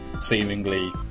seemingly